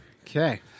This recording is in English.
Okay